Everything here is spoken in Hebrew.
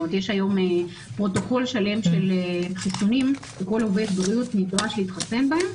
יש היום פרוטוקול שלם של חיסונים וכל עובד בריאות נדרש להתחסן בהם.